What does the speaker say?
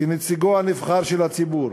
כנציגה הנבחרת של הציבור,